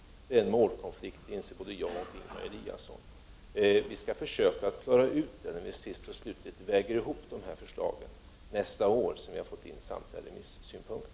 Det är en målkonflikt, det inser både jag och Ingemar Eliasson. Vi skall försöka att klara ut det, när vi sist och slutligen väger ihop de här förslagen nästa år, sedan vi fått in samtliga remissynpunkter.